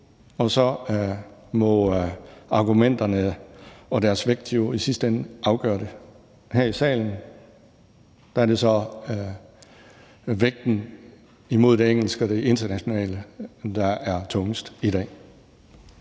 og så må argumenterne og deres vægt jo i sidste ende afgøre det. Her i salen er det så vægten imod det engelske og det internationale, der er tungest i dag.